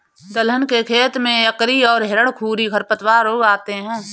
दलहन के खेत में अकरी और हिरणखूरी खरपतवार उग आते हैं